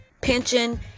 pension